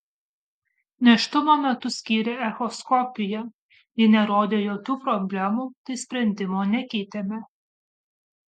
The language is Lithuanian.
nėštumo metu skyrė echoskopiją ji nerodė jokių problemų tai sprendimo nekeitėme